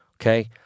okay